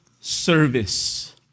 service